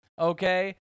Okay